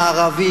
המערבי,